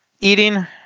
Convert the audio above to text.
eating